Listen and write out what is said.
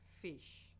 fish